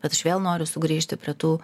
bet aš vėl noriu sugrįžti prie tų